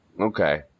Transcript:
Okay